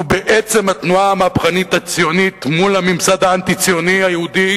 ובעצם התנועה המהפכנית הציונית מול הממסד האנטי-ציוני היהודי